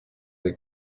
they